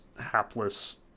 hapless